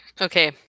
Okay